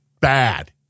bad